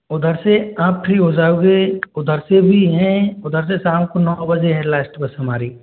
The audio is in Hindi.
उधर से आप फ्री हो जाओगे उधर से भी हैं उधर से शाम को नौ बजे है लास्ट बस हमारी